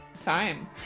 time